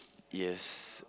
yes